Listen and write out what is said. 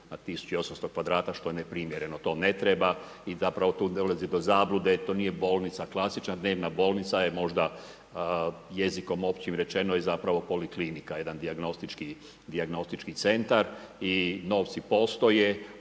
na 1800 kvadrata što je neprimjereno, to ne treba i zapravo tu dolazi do zablude, to nije bolnica klasična. Dnevna bolnica je možda jezikom općim rečeno je zapravo poliklinika jedan dijagnostički centar. I novci postoje.